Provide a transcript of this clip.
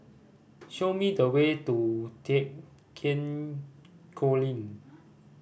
show me the way to Thekchen Choling